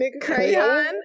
Crayon